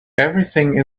everything